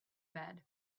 bed